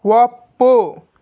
ಒಪ್ಪು